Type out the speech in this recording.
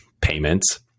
payments